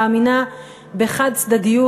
מאמינה בחד-צדדיות,